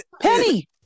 penny